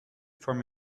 from